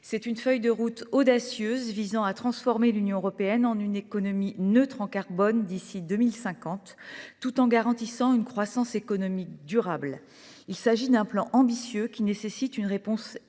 d’une feuille de route audacieuse visant à transformer l’Union européenne en une économie neutre en carbone d’ici à 2050, tout en garantissant une croissance économique durable. C’est un plan ambitieux, qui nécessite une réponse énergique